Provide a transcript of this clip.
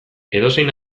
edozein